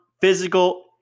physical